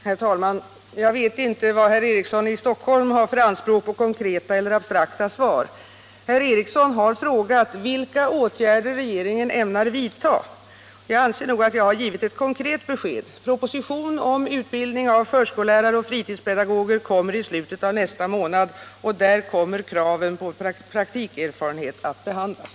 Herr talman! Jag vet inte vad herr Eriksson i Stockholm har för anspråk på konkreta eller abstrakta svar. Herr Eriksson har frågat vilka åtgärder regeringen ämnar vidta, och jag anser att jag har givit ett konkret besked. Proposition om utbildning av förskollärare och fritidspedagoger kommer i slutet av nästa månad, och där kommer kraven på praktikerfarenhet att behandlas.